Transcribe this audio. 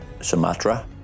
Sumatra